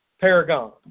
paragon